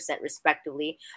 respectively